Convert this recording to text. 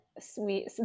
sweet